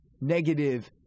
negative